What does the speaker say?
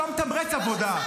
שלא מתמרץ עבודה,